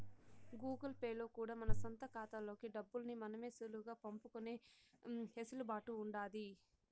Google Pay లో కూడా మన సొంత కాతాల్లోకి డబ్బుల్ని మనమే సులువుగా పంపుకునే ఎసులుబాటు ఉండాది